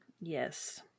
Yes